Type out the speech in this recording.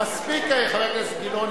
חבר הכנסת גילאון,